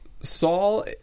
Saul